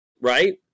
right